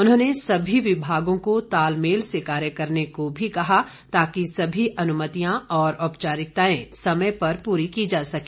उन्होंने सभी विभागों को तालमेल से कार्य करने को भी कहा ताकि सभी अनुमतियां और औपचारिकताएं समय पर पूरी की जा सके